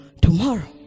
tomorrow